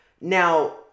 Now